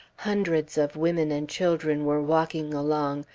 hundreds of women and children were walking along,